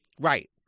right